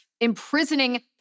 imprisoning